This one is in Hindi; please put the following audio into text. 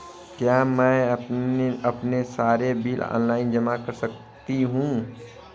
क्या मैं अपने सारे बिल ऑनलाइन जमा कर सकती हूँ?